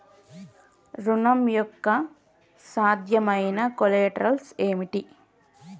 ఋణం యొక్క సాధ్యమైన కొలేటరల్స్ ఏమిటి?